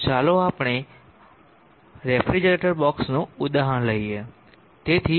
ચાલો આપણે રેફ્રિજરેટર બોક્ષનું ઉદાહરણ લઈએ